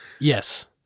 Yes